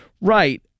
Right